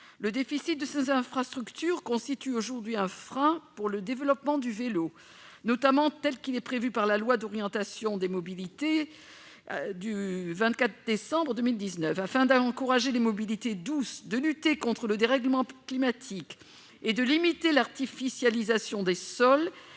Le déficit de ces infrastructures constitue aujourd'hui un frein au développement du vélo, notamment tel qu'il est prévu par la loi d'orientation des mobilités du 24 décembre 2019. Afin d'encourager les mobilités douces, de lutter contre le dérèglement climatique et de limiter l'artificialisation des sols,